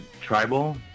Tribal